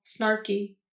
snarky